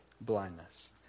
blindness